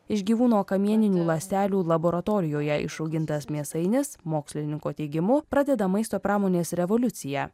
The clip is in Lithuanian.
iš gyvūno kamieninių ląstelių laboratorijoje išaugintas mėsainis mokslininko teigimu pradeda maisto pramonės revoliuciją